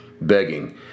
begging